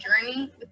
journey